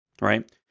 right